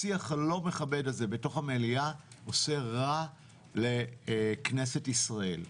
השיח הלא מכבד הזה בתוך המליאה עושה רע לכנסת ישראל.